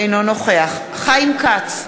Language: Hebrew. אינו נוכח חיים כץ,